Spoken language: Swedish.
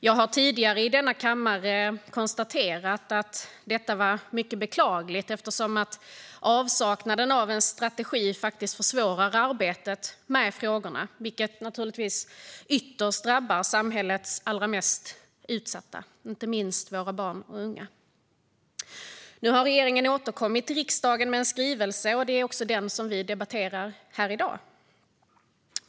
Jag har tidigare i denna kammare konstaterat att detta var mycket beklagligt eftersom avsaknaden av en strategi försvårar arbetet med dessa frågor, vilket naturligtvis ytterst drabbar samhällets allra mest utsatta, inte minst våra barn och unga. Nu har regeringen återkommit till riksdagen med en skrivelse, och det är den vi debatterar här i dag.